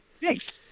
Thanks